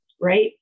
right